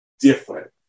different